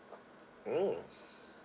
mm